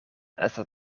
estas